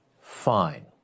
fine